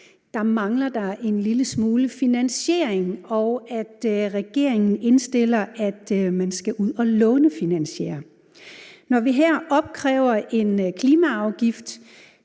forhandlingerne om den grønne trepart, og at regeringen indstiller, at man skal ud og lånefinansiere. Når vi her opkræver en klimaafgift,